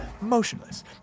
motionless